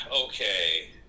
okay